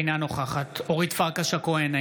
אינה נוכחת אורית פרקש הכהן,